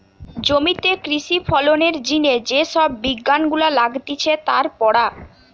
জমিতে কৃষি ফলনের জিনে যে সব বিজ্ঞান গুলা লাগতিছে তার পড়া